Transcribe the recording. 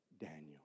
Daniel